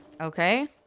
Okay